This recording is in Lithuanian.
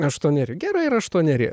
aštuoneri gera ir aštuoneri